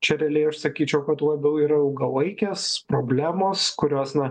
čia realiai aš sakyčiau kad labiau yra ilgalaikės problemos kurios na